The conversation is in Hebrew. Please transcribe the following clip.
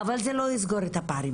אבל זה לא יסגור את הפערים,